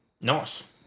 Nice